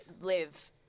live